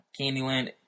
Candyland